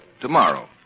tomorrow